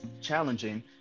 challenging